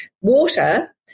water